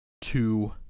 two